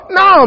no